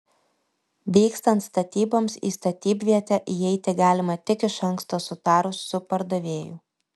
vykstant statyboms į statybvietę įeiti galima tik iš anksto sutarus su pardavėju